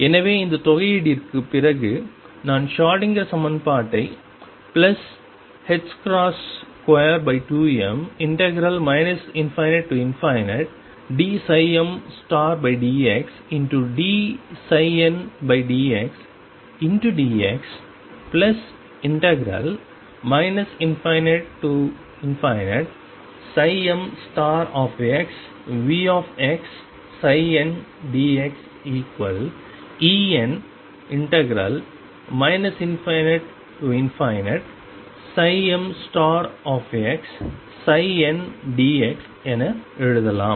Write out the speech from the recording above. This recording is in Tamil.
எனவே இந்த தொகையீடுற்குப் பிறகு நான் ஷ்ரோடிங்கர் Schrödinger சமன்பாட்டை 22m ∞dmdxdndxdx ∞mVxndxEn ∞mndx என எழுதலாம்